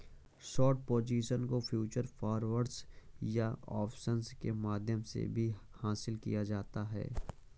short position को futures, forwards या options के माध्यम से भी हासिल किया जाता है